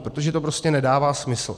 Protože to prostě nedává smysl.